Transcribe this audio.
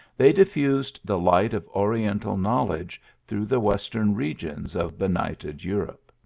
they diffused the light of oriental knowledge through the western regions of benighted europe.